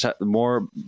more